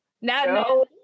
no